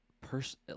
person